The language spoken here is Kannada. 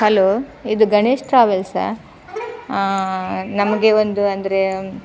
ಹಲೋ ಇದು ಗಣೇಶ್ ಟ್ರಾವೆಲ್ಸಾ ನಮಗೆ ಒಂದು ಅಂದರೆ